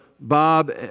Bob